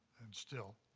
and still,